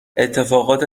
اتفاقات